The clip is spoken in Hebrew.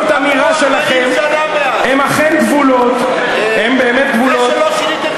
השתנו דברים מאז, תתחברו למציאות, עברו 40 שנה